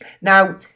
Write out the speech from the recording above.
Now